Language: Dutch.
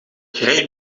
gerecht